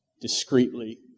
discreetly